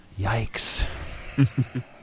yikes